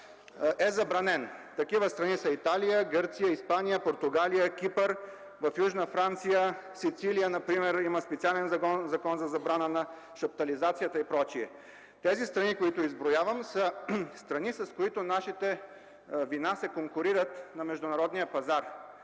е забранен. Такива страни са Италия, Гърция, Испания, Португалия, Кипър. В Южна Франция, в Сицилия например има специален закон за забрана на шаптализацията и прочие. Тези страни, които изброявам, са с производство, с което нашите вина се конкурират на международния пазар.